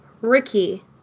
Ricky